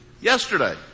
yesterday